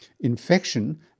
infection